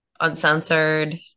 uncensored